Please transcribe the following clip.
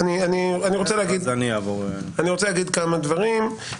אני רוצה לומר כמה דברים.